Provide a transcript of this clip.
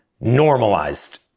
normalized